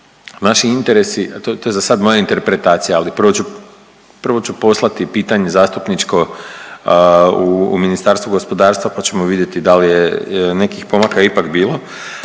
naši interesi, a to je zasad moja interpretacija, ali prvo ću, prvo ću poslati pitanje zastupničko u Ministarstvo gospodarstva pa ćemo vidjeti da li je nekih pomaka ipak bilo,